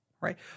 right